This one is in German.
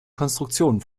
konstruktion